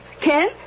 Ken